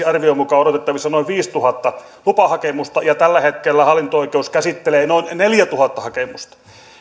arvion mukaan odotettavissa noin viisituhatta lupahakemusta ja tällä hetkellä hallinto oikeus käsittelee noin neljätuhatta hakemusta